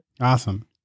Awesome